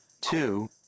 two